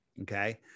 okay